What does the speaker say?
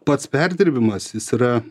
pats perdirbimas jis yra